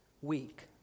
Week